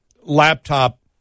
laptop